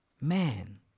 Man